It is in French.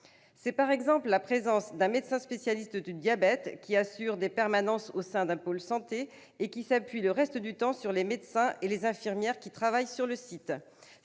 C'est, par exemple, la présence d'un médecin spécialiste du diabète qui assure des permanences au sein d'un pôle santé et qui s'appuie le reste du temps sur les médecins et les infirmières travaillant sur le site.